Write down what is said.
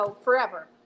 forever